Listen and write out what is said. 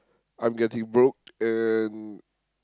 I'm getting broke and